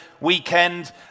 weekend